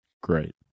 Great